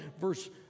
verse